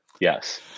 yes